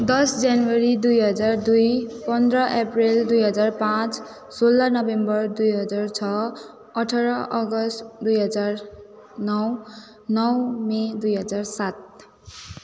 दस जनवरी दुई हजार दुई पन्ध्र अप्रेल दुई हजार पाँच सोह्र नोभेम्बर दुई हजार छ अठार अगस्त दुई हजार नौ नौ मे दुई हजार सात